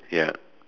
ya